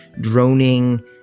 droning